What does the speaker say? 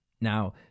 Now